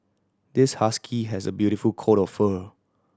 this husky has a beautiful coat of fur